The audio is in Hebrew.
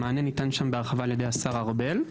המענה ניתן שם בהרחבה על ידי השר ארבל.